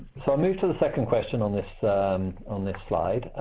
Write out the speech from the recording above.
i'll move to the second question on this on this slide,